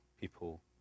people